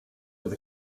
with